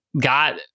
got